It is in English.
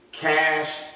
Cash